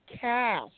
cash